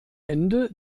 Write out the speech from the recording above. ende